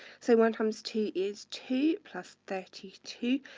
so one times two is two, plus thirty two,